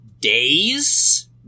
days